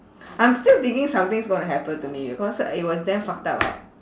I'm still thinking something's gonna happen to me because it was damn fucked up ah